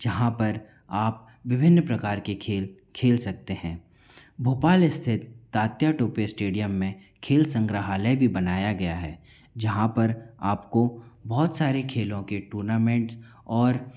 जहाँ पर आप विभिन्न प्रकार के खेल खेल सकते हैं भोपाल स्थित तात्या टोपे स्टेडियम में खेल संग्रहालय भी बनाया गया है जहाँ पर आपको बहुत सारे खेलों के टूर्नामेंट और